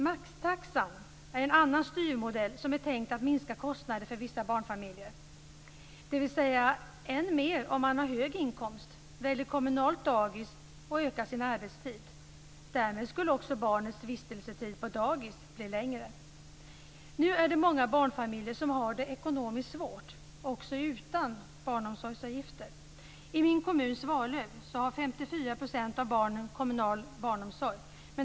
Maxtaxa är en annan styrmodell som är tänkt att minska kostnaderna för vissa barnfamiljer, än mer om man har hög inkomst, väljer kommunalt dagis och ökar sin arbetstid. Därmed skulle också barnets vistelsetid på dagis bli längre. Nu är det många barnfamiljer som har det ekonomiskt svårt, också utan barnomsorgsavgifter. I min hemkommun Svalöv har 54 % av barnen kommunal barnomsorg.